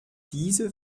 diese